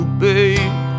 babe